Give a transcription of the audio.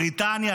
בבריטניה,